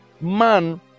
man